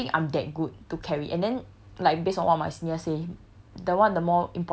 I don't think I'm that good to carry and then like based on what my senior say